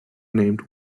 named